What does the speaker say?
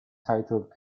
titled